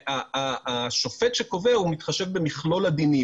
השופט שקובע מתחשב במכלול הדינים.